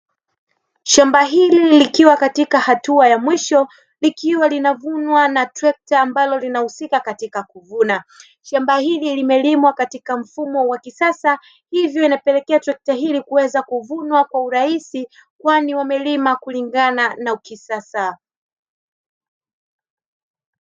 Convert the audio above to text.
Shamba hili likiwa katika hatua ya mwisho likiwa linavunwa na trekta ambalo linahusika katika kuvuna, shamba hili limelimwa katika mfumo wa kisasa, hivyo linapelekea trekta hili kuvuna kwa urahisi kwani wamelima kulingana na ukisasa.